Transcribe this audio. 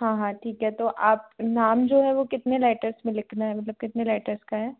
हाँ हाँ ठीक है तो आप नाम जो है वह कितने लेटर्स में लिखना है मतलब कितने लेटर्स का है